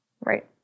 right